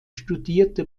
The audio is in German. studierte